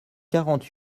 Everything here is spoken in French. quarante